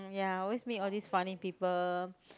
ya I always meet all these funny people